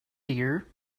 dear